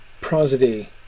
prosody